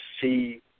see